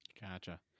Gotcha